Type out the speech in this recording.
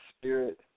spirit